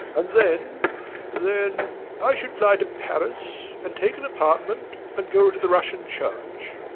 and then then i should fly to paris and take an apartment and go to the russian church.